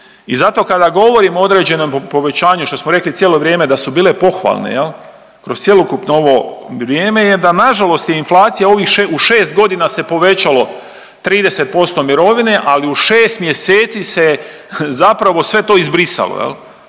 i zato kada govorimo o određenom povećanju što smo rekli cijelo vrijeme da su bile pohvalne jel kroz cjelokupno ovo vrijeme je da nažalost je inflacija ovih, u 6 godina se povećalo 30% mirovine, ali u 6 mjeseci se zapravo sve to izbrisalo